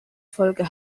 folge